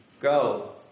go